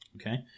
Okay